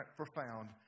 profound